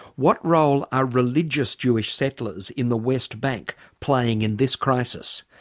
what role are religious jewish settlers in the west bank playing in this crisis?